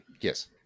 Yes